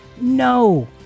No